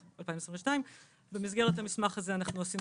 2022. במסגרת המסמך הזה אנחנו עשינו